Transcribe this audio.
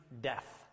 death